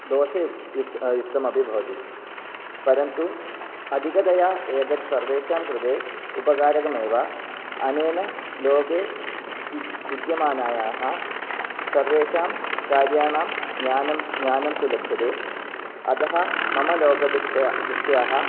दोषयुक् युक्त युक्तमपि भवति परन्तु अधिकतया एतत् सर्वेषां कृते उपकारकमेव अनेन लोके विद् विद्यमानायाः सर्वेषां कार्याणां ज्ञानं ज्ञानं तु लभ्यते अतः मम लोकदृषट्या दृष्ट्याः